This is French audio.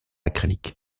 acrylique